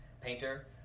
painter